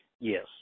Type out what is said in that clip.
Yes